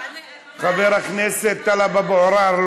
חבר הכנסת טלב אבו עראר,